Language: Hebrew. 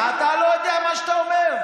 אתה לא יודע מה שאתה אומר.